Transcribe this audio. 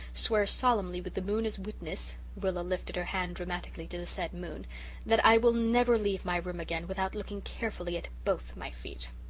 swear solemnly with the moon as witness rilla lifted her hand dramatically to the said moon that i will never leave my room again without looking carefully at both my feet.